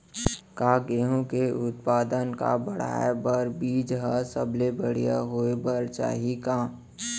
का गेहूँ के उत्पादन का बढ़ाये बर बीज ह सबले बढ़िया होय बर चाही का?